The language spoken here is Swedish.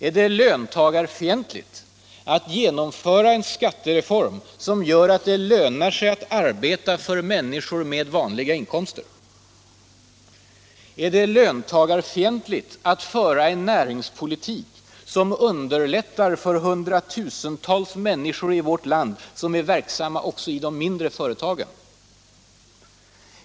Är det löntagarfientligt att genomföra en skattereform som gör att det lönar sig att arbeta för människor med vanliga inkomster? Är det löntagarfientligt att föra en näringspolitik som underlättar för hundratusentals människor i vårt land vilka är verksamma i de mindre företagen?